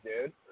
Dude